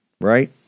right